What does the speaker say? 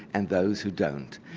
and those who don't.